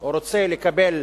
או רוצה לקבל